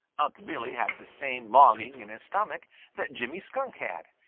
unc' billy had the same longing in his stomach that jimmy skunk had,